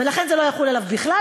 ולכן זה לא יחול עליו בכלל,